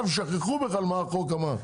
שכחו בכלל מה החוק אמר.